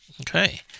okay